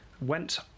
went